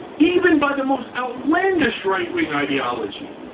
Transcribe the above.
even by the most outlandish right wing ideology.